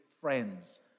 friends